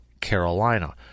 Carolina